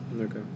Okay